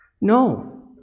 No